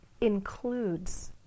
includes